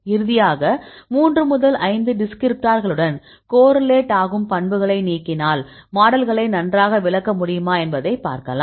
இறுதியாக 3 முதல் 5 டிஸ்கிரிப்டார்களுடன் கோரிலேட் ஆகும் பண்புகளை நீக்கினால் மாடல்களை நன்றாக விளக்க முடியுமா என்பதை பார்க்கலாம்